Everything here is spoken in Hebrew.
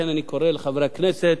לכן, אני קורא לחברי הכנסת